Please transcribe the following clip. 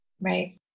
right